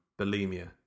bulimia